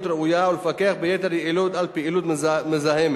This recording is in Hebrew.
ראויה ולפקח ביתר יעילות על פעילות מזהמת.